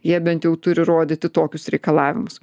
jie bent jau turi rodyti tokius reikalavimus